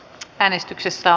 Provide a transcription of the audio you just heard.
ja äänestyksissä